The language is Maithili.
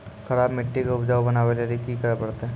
खराब मिट्टी के उपजाऊ बनावे लेली की करे परतै?